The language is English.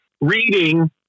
reading